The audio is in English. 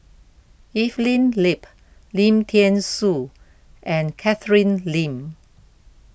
Evelyn Lip Lim thean Soo and Catherine Lim